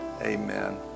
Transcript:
Amen